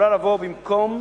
יכולה לבוא במקום,